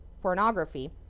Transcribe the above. pornography